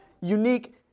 unique